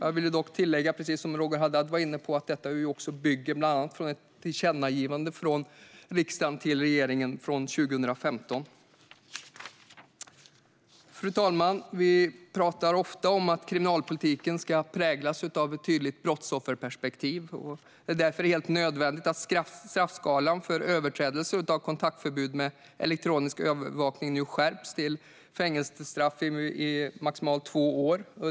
Jag vill dock tillägga, precis som Roger Haddad var inne på, att detta ju också bygger bland annat på ett tillkännagivande från riksdagen till regeringen från 2015. Fru talman! Vi talar ofta om att kriminalpolitiken ska präglas av ett tydligt brottsofferperspektiv. Det är därför helt nödvändigt att straffskalan för överträdelser av kontaktförbud med elektronisk övervakning nu skärps till fängelsestraff i maximalt två år.